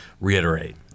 reiterate